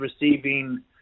receiving